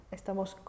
estamos